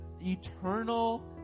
eternal